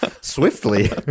swiftly